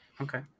Okay